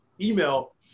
email